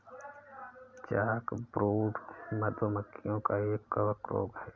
chalkbrood, मधु मक्खियों का एक कवक रोग है